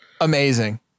amazing